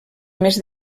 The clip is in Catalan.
més